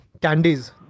candies